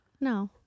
No